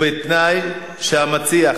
ובתנאי שהמציע,